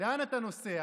לאן אתה נוסע?